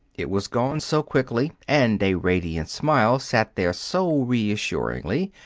it was gone so quickly, and a radiant smile sat there so reassuringly,